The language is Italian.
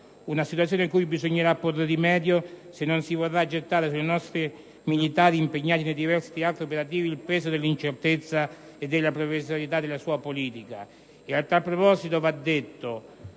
Una situazione cui bisognerà porre rimedio se non si vorrà gettare sui nostri militari impegnati nei diversi teatri operativi il peso dell'incertezza e della provvisorietà della politica